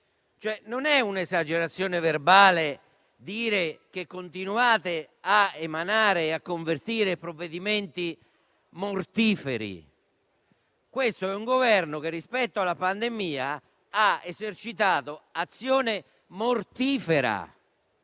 Non è un'esagerazione verbale dire che continuate a emanare e a convertire provvedimenti mortiferi. Questo è un Governo che rispetto alla pandemia ha esercitato un'azione mortifera